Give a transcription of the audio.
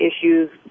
issues